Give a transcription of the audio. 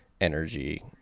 energy